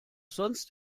sonst